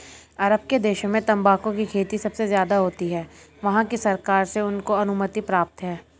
अरब के देशों में तंबाकू की खेती सबसे ज्यादा होती है वहाँ की सरकार से उनको अनुमति प्राप्त है